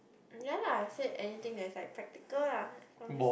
ya lah I said anything that is like practical lah as long as